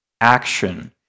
action